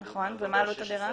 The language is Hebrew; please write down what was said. נכון, ומה עלות הדירה?